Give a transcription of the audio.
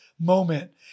moment